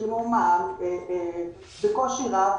שילמו מע"מ בקושי רב,